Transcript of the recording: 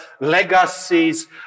legacies